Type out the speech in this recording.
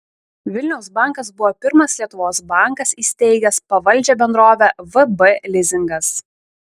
vilniaus bankas buvo pirmas lietuvos bankas įsteigęs pavaldžią bendrovę vb lizingas